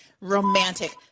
romantic